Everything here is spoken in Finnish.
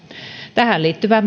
tähän liittyvä